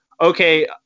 okay